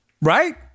Right